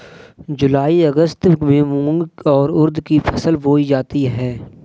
जूलाई अगस्त में मूंग और उर्द की फसल बोई जाती है